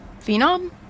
Phenom